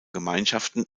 gemeinschaften